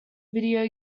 video